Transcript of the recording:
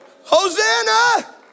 Hosanna